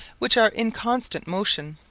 which are in constant motion,